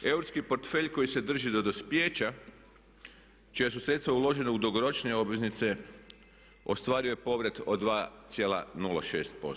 Eurski portfelj koji se drži do dospijeća čija su sredstva uložena u dugoročnije obveznice ostvario je povrat od 2,06%